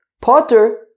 Potter